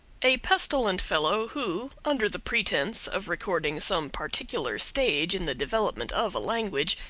a pestilent fellow who, under the pretense of recording some particular stage in the development of a language,